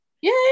yay